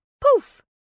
poof